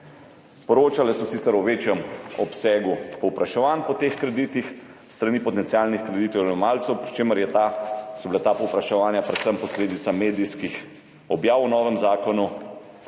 Poročale so sicer o večjem obsegu povpraševanj po teh kreditih s strani potencialnih kreditojemalcev, pri čemer so bila ta povpraševanja predvsem posledica medijskih objav o novem zakonu.